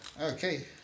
Okay